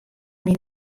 myn